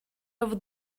over